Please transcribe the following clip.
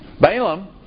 Balaam